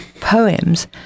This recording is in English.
poems